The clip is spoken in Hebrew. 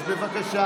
אז בבקשה.